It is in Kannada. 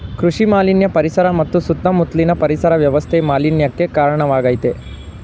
ಕೃಷಿ ಮಾಲಿನ್ಯ ಪರಿಸರ ಮತ್ತು ಸುತ್ತ ಮುತ್ಲಿನ ಪರಿಸರ ವ್ಯವಸ್ಥೆ ಮಾಲಿನ್ಯಕ್ಕೆ ಕಾರ್ಣವಾಗಾಯ್ತೆ